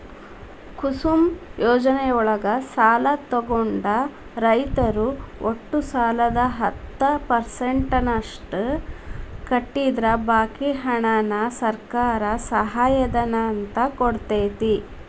ಕುಸುಮ್ ಯೋಜನೆಯೊಳಗ ಸಾಲ ತೊಗೊಂಡ ರೈತರು ಒಟ್ಟು ಸಾಲದ ಹತ್ತ ಪರ್ಸೆಂಟನಷ್ಟ ಕಟ್ಟಿದ್ರ ಬಾಕಿ ಹಣಾನ ಸರ್ಕಾರ ಸಹಾಯಧನ ಅಂತ ಕೊಡ್ತೇತಿ